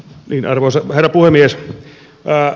arvoisa herra puhemies